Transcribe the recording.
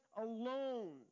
alone